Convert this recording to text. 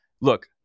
Look